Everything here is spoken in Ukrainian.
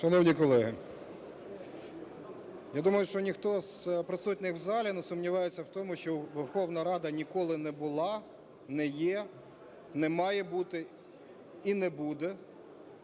Шановні колеги, я думаю, що ніхто з присутніх в залі не сумнівається в тому, Верховна Рада ніколи не була, не є, не має бути і не буде